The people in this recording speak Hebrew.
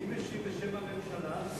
מי משיב בשם הממשלה?